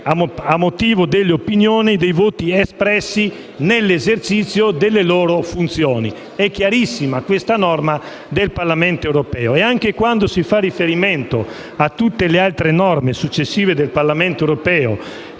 a motivo delle opinioni e dei voti espressi nell'esercizio delle loro funzioni. Questa norma del Parlamento europeo è chiarissima. Anche quando si fa riferimento a tutte le altre norme successive del Parlamento europeo